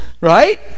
right